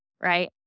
Right